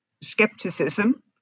skepticism